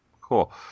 cool